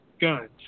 guns